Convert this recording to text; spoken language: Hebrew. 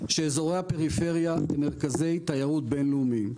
שאזורי הפריפריה מרכזי תיירות בין לאומיים.